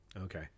Okay